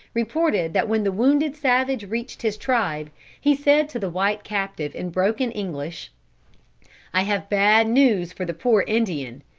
reported that when the wounded savage reached his tribe he said to the white captive in broken english i have bad news for the poor indian.